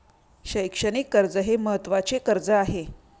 शैक्षणिक कर्ज हे महत्त्वाचे कर्ज आहे